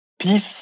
peace